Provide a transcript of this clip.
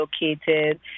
located